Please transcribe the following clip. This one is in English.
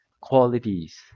qualities